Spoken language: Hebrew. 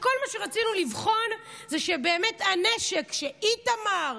כשכל מה שרצינו לבחון הוא שבאמת הנשק שאיתמר